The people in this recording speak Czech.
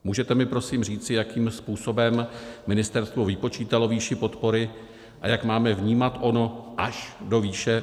Můžete mi prosím říci, jakým způsobem ministerstvo vypočítalo výši podpory a jak máme vnímat ono až do výše?